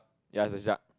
ya there's a shark